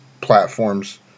platforms